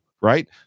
right